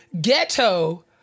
ghetto